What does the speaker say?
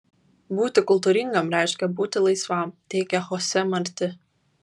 būti kultūringam reiškia būti laisvam teigia chose marti